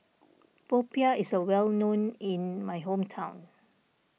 Popiah is well known in my hometown